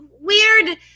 weird